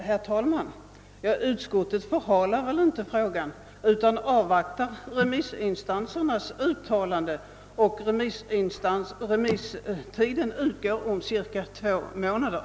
Herr talman! Utskottet förhalar inte frågan — det avvaktar remissinstansernas uttalanden, och remisstiden utgår om cirka två månader.